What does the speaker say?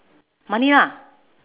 money ah